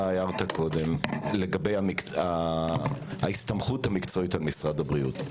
הערת לגבי ההסתמכות המקצועית על משרד הבריאות.